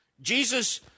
Jesus